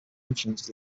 influenced